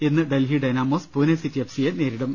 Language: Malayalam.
ഇന്ന് Delhi Dynamos Pune City F സിയെ നേരിടും